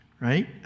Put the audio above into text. right